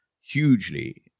hugely